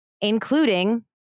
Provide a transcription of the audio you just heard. including